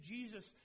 Jesus